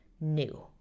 new